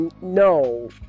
No